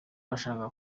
bashakaga